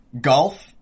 Golf